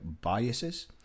biases